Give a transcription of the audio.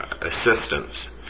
assistance